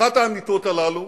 אחת האמיתות הללו